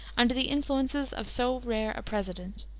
under the influences of so rare a president.